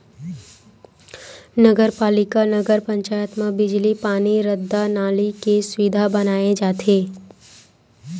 नगर पालिका, नगर पंचायत म बिजली, पानी, रद्दा, नाली के सुबिधा बनाए जाथे